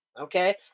Okay